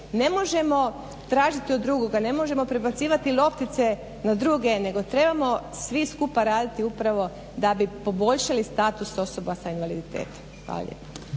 Ne možemo tražiti od drugoga, ne možemo prebacivati loptice na druge, nego trebamo svi skupa raditi upravo da bi poboljšali status osoba sa invaliditetom. Hvala